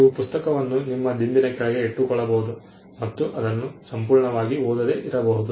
ನೀವು ಪುಸ್ತಕವನ್ನು ನಿಮ್ಮ ದಿಂಬಿನ ಕೆಳಗೆ ಇಟ್ಟುಕೊಳ್ಳಬಹುದು ಮತ್ತು ಅದನ್ನು ಸಂಪೂರ್ಣವಾಗಿ ಓದದೆ ಇರಬಹುದು